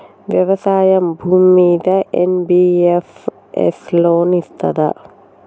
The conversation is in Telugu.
వ్యవసాయం భూమ్మీద ఎన్.బి.ఎఫ్.ఎస్ లోన్ ఇస్తదా?